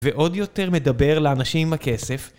ועוד יותר מדבר לאנשים עם הכסף.